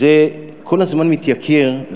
כל הזמן מתייקר,